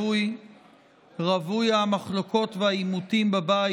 רווי המחלוקות והעימותים בבית,